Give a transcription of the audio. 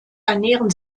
ernähren